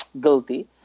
guilty